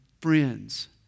friends